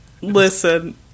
Listen